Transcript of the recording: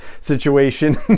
situation